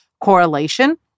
correlation